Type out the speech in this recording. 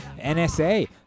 NSA